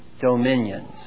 dominions